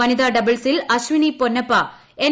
വനിതാ ഡബിൾസിൽ അശ്വിനി പൊന്നപ്പ എൻ